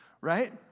right